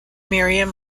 miriam